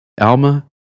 Alma